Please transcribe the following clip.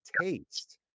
taste